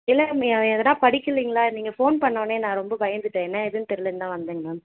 இல்லைங்க மி அவன் எதனால் படிக்கலைங்களா நீங்கள் ஃபோன் பண்ணோடன்னே நான் ரொம்ப பயந்துட்டேன் என்ன எதுன்னு தெரியலைன்னு தான் வந்தேங்க மேம்